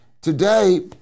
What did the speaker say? today